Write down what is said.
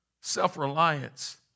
Self-reliance